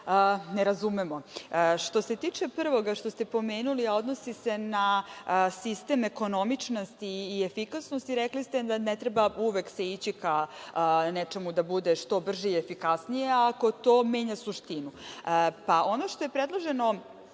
ne razumemo. Što se tiče prvo što ste spomenuli, a odnosi se na sistem ekonomičnosti i efikasnosti, rekli ste da ne treba se uvek ići ka nečemu da bude što brže i efikasnije ako to menja suštinu. Ono što je predloženo